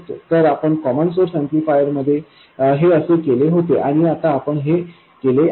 तर आपण common source amplifier मध्ये हे असे केले होते आणि आता आपण हे केले आहे